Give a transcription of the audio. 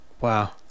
wow